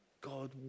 God